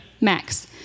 max